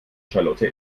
charlotte